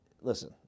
listen